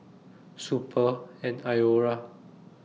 Schick Super and Iora